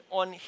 on